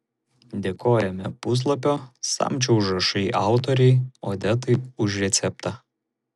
dėkojame puslapio samčio užrašai autorei odetai už receptą